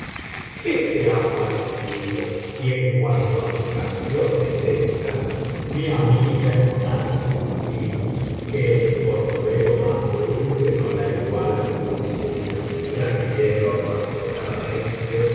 qué té ha parecido y en cuanto á su canción es ésta mi amiga es tan gentil que el cordero más dulce no la iguala en dulzura la quiero apasionadamente